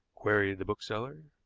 queried the bookseller.